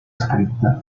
scritta